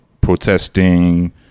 protesting